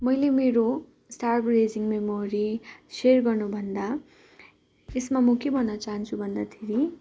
मैले मेरो star gazing memory share गर्नु भन्दा यसमा म के भन्न चाहन्छु भन्दाखेरि